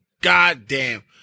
goddamn